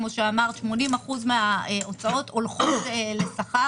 80% מההוצאות הולכות לשכר,